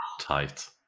Tight